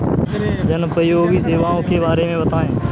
जनोपयोगी सेवाओं के बारे में बताएँ?